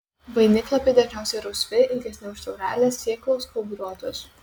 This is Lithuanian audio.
vainiklapiai dažniausiai rausvi ilgesni už taurelę sėklos kauburiuotos